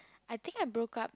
I think I broke up